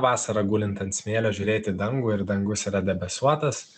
vasarą gulint ant smėlio žiūrėti į dangų ir dangus yra debesuotas